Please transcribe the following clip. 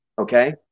Okay